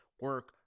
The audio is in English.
Work